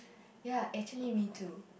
ya actually me too